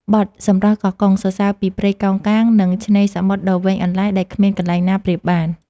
បទ «សម្រស់កោះកុង» សរសើរពីព្រៃកោងកាង និងឆ្នេរសមុទ្រដ៏វែងអន្លាយដែលគ្មានកន្លែងណាប្រៀបបាន។